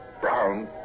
Brown